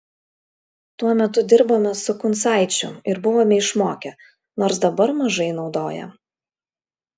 tuo metu dirbome su kuncaičiu ir buvome išmokę nors dabar mažai naudoja